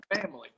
family